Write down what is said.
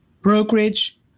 brokerage